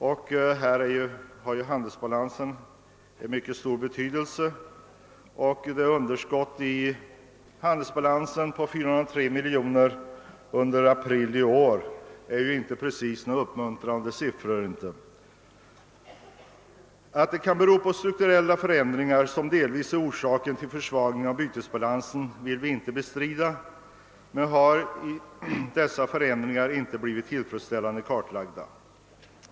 I detta sammanhang har handelsbalansen en mycket stor betydelse, och underskottet i handelsbalansen i april detta år på 403 miljoner kronor är inte uppmuntrande. Att de strukturella förändringarna delvis kan vara orsaken till försvagningen av bytesbalansen vill vi inte bestrida, men dessa förändringar har inte blivit tillfredsställande kartlagda.